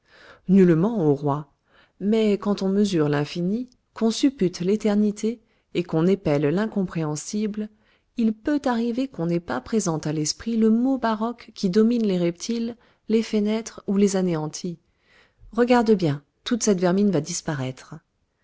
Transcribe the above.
nullement ô roi mais quand on mesure l'infini qu'on suppute l'éternité et qu'on épelle l'incompréhensible il peut arriver qu'on n'ait pas présent à l'esprit le mot baroque qui domine les reptiles les fait naître ou les anéantit regarde bien toute cette vermine va disparaître